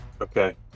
Okay